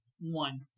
One